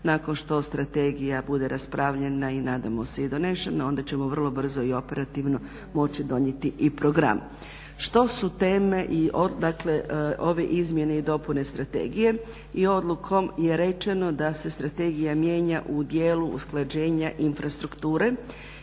Nakon što strategija bude raspravljena i nadamo se i donešena onda ćemo vrlo brzo i operativno moći donijeti i program. Što su teme ove izmjene i dopune strategije? Odlukom je rečeno da se strategija mijenja u dijelu usklađenja infrastrukture